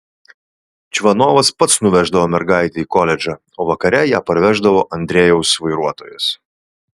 čvanovas pats nuveždavo mergaitę į koledžą o vakare ją parveždavo andrejaus vairuotojas